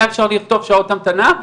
היה אפשר לכתוב שעות המתנה,